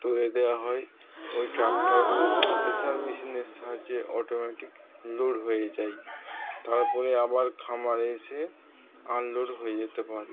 তুলে দেওয়া হয় ওই ট্রাকটারগুলো কম্প্রেসার মেশিনের সাহায্যে অটোমেটিক লোড হয়ে যায় তারপরে আবার খামারে এসে আনলোড হয়ে যেতে পারে